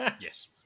Yes